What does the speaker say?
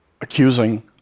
Accusing